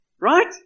Right